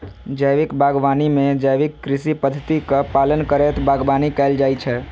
जैविक बागवानी मे जैविक कृषि पद्धतिक पालन करैत बागवानी कैल जाइ छै